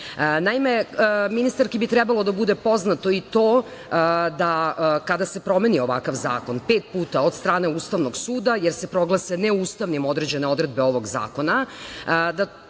zakona. Naime, ministarki bi trebalo da bude poznato to da kada se promeni ovakav zakon pet puta od strane Ustavnog suda, jer se proglase neustavnim određene odredbe ovog zakona,